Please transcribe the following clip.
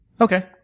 Okay